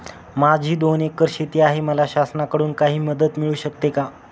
माझी दोन एकर शेती आहे, मला शासनाकडून काही मदत मिळू शकते का?